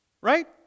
Right